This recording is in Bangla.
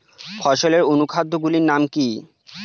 ফসলের অনুখাদ্য গুলির নাম কি?